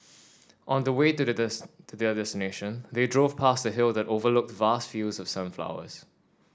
on the way to their to their destination they drove past a hill that overlooked vast fields of sunflowers